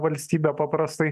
valstybė paprastai